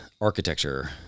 architecture